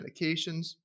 medications